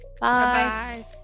Bye